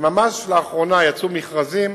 וממש לאחרונה יצאו מכרזים